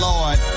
Lord